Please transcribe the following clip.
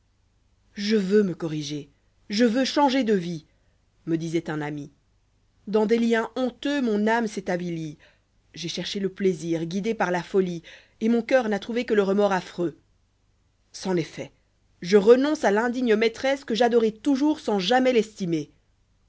e veux me corriger je veux changer de vie me disoit un ami dans des liens honteux mon âme s'est trop avilie j'ai cherché le plaisir guidé par la folie et mon coeur n'a trouvé que le remords affreux c'en est fait je renonce à l'indigne maîtresse que j'adorai toujours sans jamais l'estimer